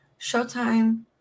Showtime